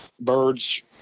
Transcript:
birds